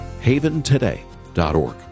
haventoday.org